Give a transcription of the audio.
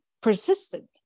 persisted